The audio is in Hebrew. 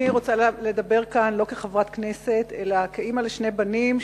אני רוצה לדבר כאן לא כחברת כנסת אלא כאמא לשני בנים,